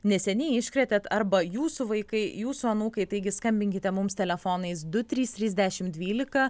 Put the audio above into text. neseniai iškrėtėt arba jūsų vaikai jūsų anūkai taigi skambinkite mums telefonais du trys trys dešim dvylika